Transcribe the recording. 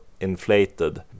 inflated